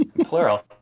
Plural